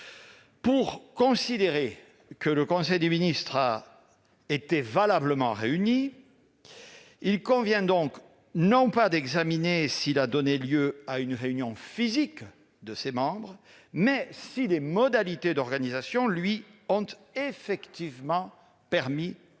Pour considérer que le conseil des ministres a été valablement réuni, il convient donc d'examiner non pas s'il a donné lieu à une réunion physique de ses membres, mais si des modalités d'organisation lui ont effectivement permis de délibérer.